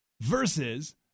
Versus